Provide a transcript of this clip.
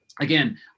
again